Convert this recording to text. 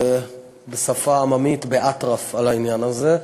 בשפה עממית, באטרף בעניין הזה.